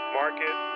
market